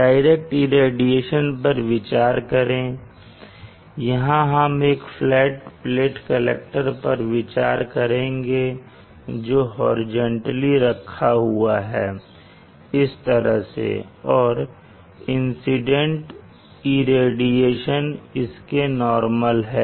direct irradiation पर विचार करें यहां हम एक फ्लैट प्लेट कलेक्टर पर विचार करेंगे जो हॉरिजॉन्टली रखा हुआ है इस तरह से और इंसीडेंट इरेडीएशन इसके नॉर्मल है